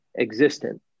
existent